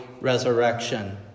resurrection